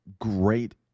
great